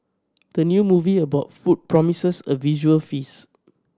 the new movie about food promises a visual feast